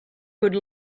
good